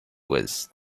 was